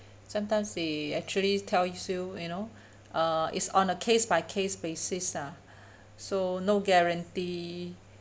sometimes they actually tell you you know uh is on a case by case basis lah so no guarantee